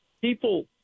people